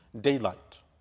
daylight